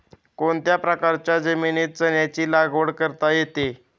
कोणत्याही प्रकारच्या जमिनीत चण्याची लागवड करता येते